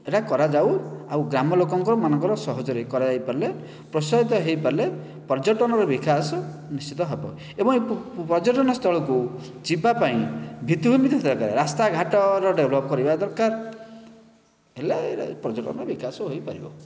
ଏଇଟା କରା ଯାଉ ଆଉ ଗ୍ରାମ ଲୋକଙ୍କର ମାନଙ୍କର ସାହାଯ୍ୟରେ କରାଯାଇ ପାରିଲେ ପ୍ରୋତ୍ସାହିତ ହୋଇପାରିଲେ ପର୍ଯ୍ୟଟନର ବିକାଶ ନିଶ୍ଚିତ ହେବ ଏବଂ ଏ ପର୍ଯ୍ୟଟନ ସ୍ଥଳକୁ ଯିବା ପାଇଁ ଭିତ୍ତି ଭୂମି ଥିବା ଦରକାର ରାସ୍ତା ଘାଟର ଡେଭଲପ କରିବା ଦରକାର ହେଲେ ପର୍ଯ୍ୟଟନର ବିକାଶ ହୋଇପାରିବ